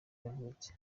yavutse